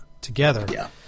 together